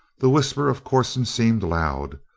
the whisper of corson seemed loud.